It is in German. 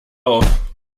auf